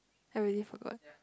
I really forgot